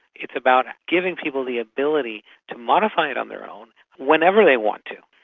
it's about giving people the ability to modify it on their own whenever they want to.